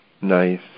Nice